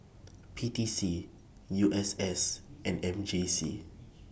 P T C U S S and M J C